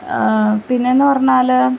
പിന്നേന്നു പറഞ്ഞാല്